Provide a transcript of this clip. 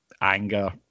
anger